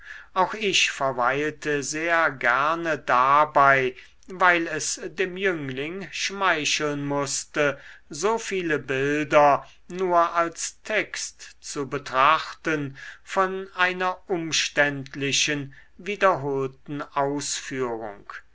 auch ich verweilte sehr gerne dabei weil es dem jüngling schmeicheln mußte so viele bilder nur als text zu betrachten von einer umständlichen wiederholten ausführung